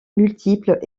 multiples